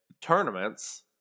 tournaments